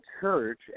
church